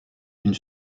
une